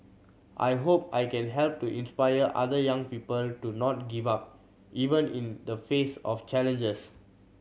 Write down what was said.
I hope I can help to inspire other young people to not give up even in the face of challenges